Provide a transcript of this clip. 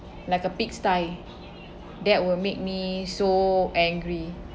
like a pig sty that will make me so angry